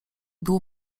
było